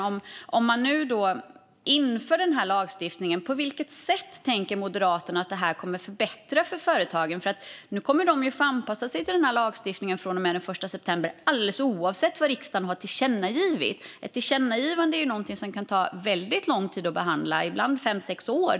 Om man nu inför den här lagstiftningen, på vilket sätt tänker Moderaterna att det kommer att förbättra för företagen? De kommer ju att få anpassa sig till den här lagstiftningen från och med den 1 september alldeles oavsett vad riksdagen har tillkännagivit. Ett tillkännagivande är ju något som kan ta väldigt lång tid att behandla, ibland fem sex år.